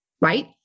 right